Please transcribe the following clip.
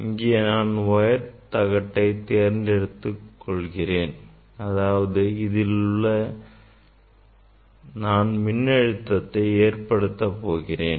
இங்கே நான் y தகட்டை தேர்ந்தெடுத்துக் கொள்கிறேன் அதாவது அதில் நான் மின்னழுத்தத்தை ஏற்படுத்தப் போகிறேன்